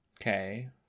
Okay